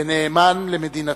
ונאמן למדינתו,